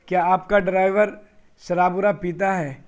کیا آپ کا ڈرائیور شراب وراب پیتا ہے